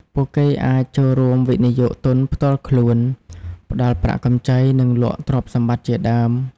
ពួកគេអាច ចូលរួមវិនិយោគទុនផ្ទាល់ខ្លួន ផ្តល់ប្រាក់កម្ចី និងលក់ទ្រព្យសម្បត្តិជាដើម។